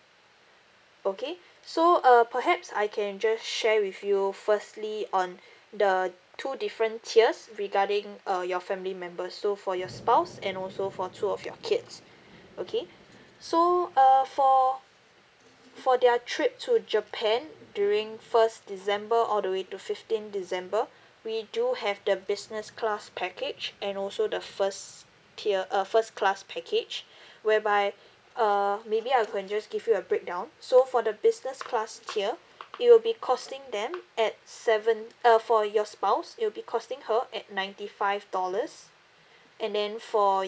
okay so uh perhaps I can just share with you firstly on the two different tiers regarding uh your family members so for your spouse and also for two of your kids okay so uh for for their trip to japan during first december all the way to fifteen december we do have the business class package and also the first tier uh first class package whereby uh maybe I can just give you a breakdown so for the business class tier it'll be costing them at seven uh for your spouse it'll be costing her at ninety five dollars and then for